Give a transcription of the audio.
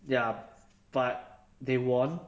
ya but they won